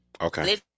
Okay